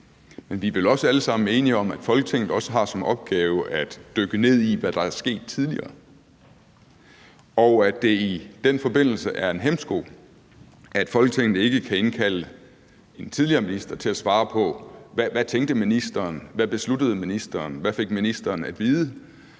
Men vi er vel også alle sammen enige om, at Folketinget også har som opgave at dykke ned i, hvad der er sket tidligere, og at det i den forbindelse er en hæmsko, at Folketinget ikke kan indkalde en tidligere minister til at svare på, hvad ministeren tænkte, hvad ministeren besluttede, og hvad ministeren fik at vide,